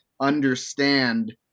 understand